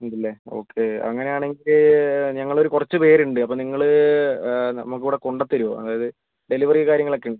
ഉണ്ട് ലെ ഓക്കെ അങ്ങനെയാണെങ്കിൽ ഞങ്ങളൊരു കുറച്ച് പേരുണ്ട് അപ്പോൾ നിങ്ങൾ നമുക്കിവിടെ കൊണ്ടത്തെരുവോ അതായത് ഡെലിവറി കാര്യങ്ങളൊക്കെ ഉണ്ടോ